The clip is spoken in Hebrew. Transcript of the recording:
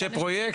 שפרויקט,